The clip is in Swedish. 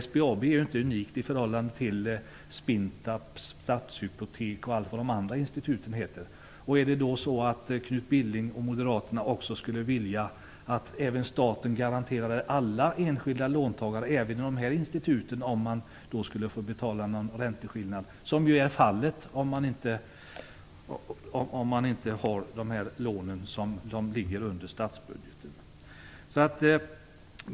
SBAB är ju inte unikt i förhållande till Spintab, Billing och de andra moderaterna vilja att staten gav en garanti till alla enskilda låntagare, även inom dessa institut, som riskerar att få betala någon ränteskillnad? Det blir ju fallet om lånen inte ligger i statsbudgeten.